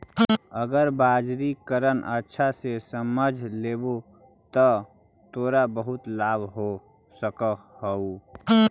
अगर बाजारीकरण अच्छा से समझ लेवे त तोरा बहुत लाभ हो सकऽ हउ